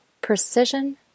precision